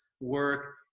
work